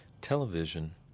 television